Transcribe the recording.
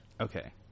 Okay